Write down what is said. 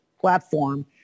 platform